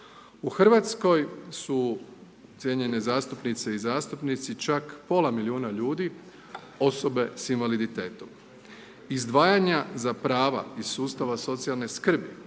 U Hrvatskoj su, cijenjene zastupnice i zastupnici, čak pola milijuna ljudi osobe sa invaliditetom. Izdvajanja za prava iz sustava socijalne skrbi